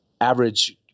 average